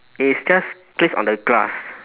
it is just placed on the grass